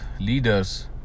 leaders